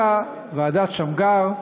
אלא קמה ועדת שמגר,